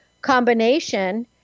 combination